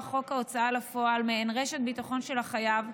חוק ההוצאה לפועל מעין רשת ביטחון של החייב,